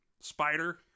spider